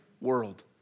world